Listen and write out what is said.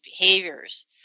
behaviors